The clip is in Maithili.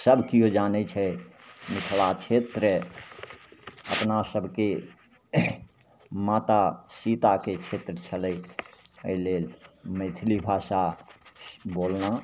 सभ केओ जानै छै मिथिला क्षेत्र अपना सभके माता सीताके क्षेत्र छलै एहि लेल मैथिली भाषा ही बोलना